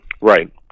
Right